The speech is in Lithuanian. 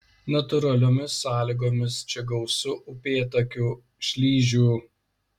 natūraliomis sąlygomis čia gausu upėtakių šlyžių